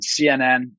CNN